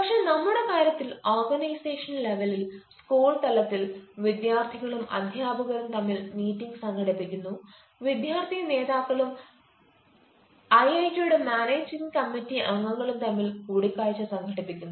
പക്ഷേ നമ്മുടെ കാര്യത്തിൽ ഓർഗനൈസേഷൻ ലെവലിൽ സ്കൂൾ തലത്തിൽ വിദ്യാർത്ഥികളും അദ്ധ്യാപകരും തമ്മിൽ മീറ്റിംഗ് സംഘടിപ്പിക്കുന്നു വിദ്യാർത്ഥി നേതാക്കളും ഐഐടിയുടെ മാനേജിംഗ് കമ്മിറ്റി അംഗങ്ങളും തമ്മിൽ കൂടിക്കാഴ്ച സംഘടിപ്പിക്കുന്നു